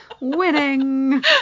Winning